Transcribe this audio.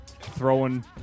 throwing